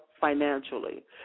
financially